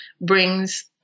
brings